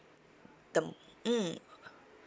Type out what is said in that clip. the mm